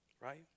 Right